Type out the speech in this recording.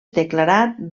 declarat